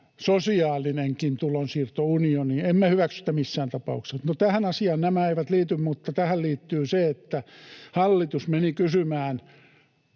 sosiaalinenkin tulonsiirtounioni. Emme hyväksy sitä missään tapauksessa. No, tähän asiaan nämä eivät liity, mutta tähän liittyy se, että hallitus meni kysymään